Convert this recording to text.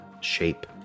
shape